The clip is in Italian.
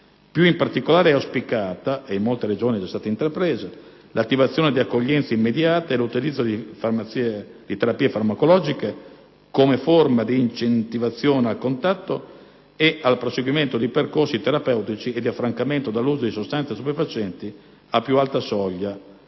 Più in particolare, è auspicata (e in molte Regioni è già stata intrapresa) l'attivazione di accoglienze immediate e l'utilizzo di terapie farmacologiche come forma di incentivazione al contatto e al proseguimento di percorsi terapeutici e di affrancamento dall'uso di sostanze stupefacenti a più alta soglia